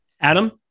Adam